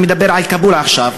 אני מדבר על כאבול עכשיו,